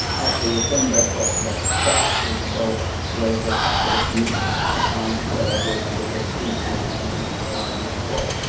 actually, the thing that that got me to go was the packet of yeast that i gave him, because these kinds of things you don't find during war.